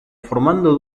formando